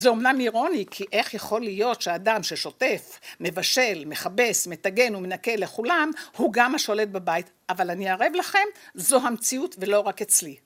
זה אומנם אירוני כי איך יכול להיות שהאדם ששוטף, מבשל, מכבס, מטגן ומנקה לכולם, הוא גם השולט בבית, אבל אני אערב לכם, זו המציאות ולא רק אצלי.